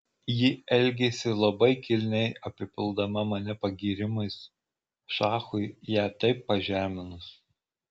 ji elgėsi labai kilniai apipildama mane pagyrimais šachui ją taip pažeminus